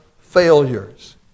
failures